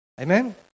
Amen